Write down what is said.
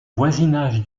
voisinage